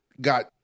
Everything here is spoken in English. got